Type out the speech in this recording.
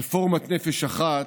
רפורמת נפש אחת,